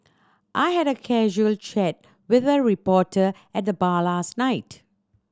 I had a casual chat with a reporter at the bar last night